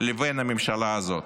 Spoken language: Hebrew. לבין הממשלה הזאת,